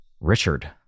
Richard